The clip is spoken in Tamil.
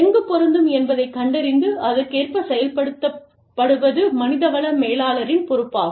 எங்கு பொருந்தும் என்பதைக் கண்டறிந்து அதற்கேற்ப செயல்படுத்தப்படுவது மனிதவள மேலாளரின் பொறுப்பாகும்